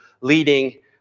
leading